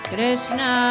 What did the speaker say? Krishna